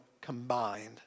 combined